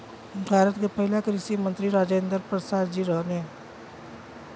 भारत के पहिला कृषि मंत्री राजेंद्र प्रसाद जी रहने